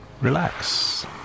Relax